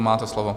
Máte slovo.